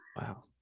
Wow